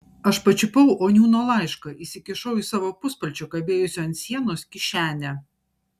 aš pačiupau oniūno laišką įsikišau į savo puspalčio kabėjusio ant sienos kišenę